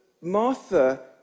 Martha